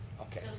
okay.